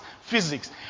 physics